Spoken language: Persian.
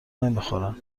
نمیخورن